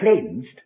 cleansed